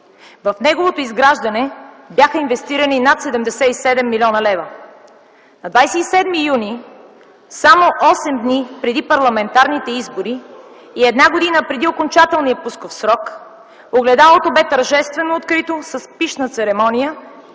В неговото изграждане бяха инвестирани над 77 млн. лв. На 27 юни 2009 г., само 8 дни преди парламентарните избори и една година преди окончателния пусков срок, „Огледалото” беше тържествено открито с пищна церемония